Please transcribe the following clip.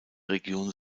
region